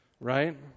right